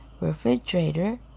refrigerator